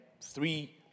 three